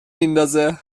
میندازه